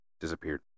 Disappeared